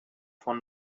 vor